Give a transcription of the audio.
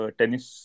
tennis